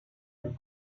with